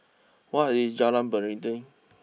what is Jalan Beringin